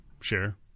Sure